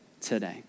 today